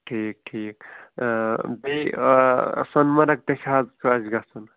ٹھیٖک ٹھیٖک بیٚیہِ سۄنہِ مرٕگ تہِ چھِ حظ گَژھُن